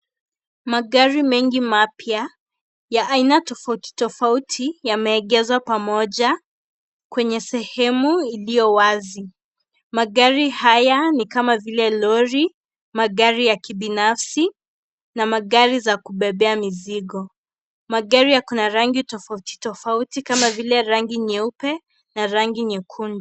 Magari mengi mapya ya aina tofautitofauti yameegezwa pamoja kwenye sehemu iliyo wazi, magari haya ni kama vile lori, magari ya kibinafsi na magari za kubebea mizigo, magari yako na rangi tofautitofauti kama vile rangi nyeupe na rangi nyekundu.